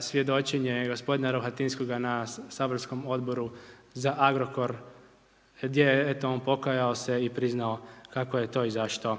svjedočenje gospodina Rohatinskoga na saborskom Odboru za Agrokor, gdje je eto, on pokajao se i priznao kako je to i zašto